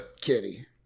Kitty